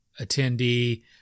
attendee